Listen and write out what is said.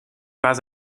pas